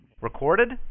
Recorded